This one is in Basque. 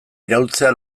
iraulzea